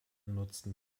nutzten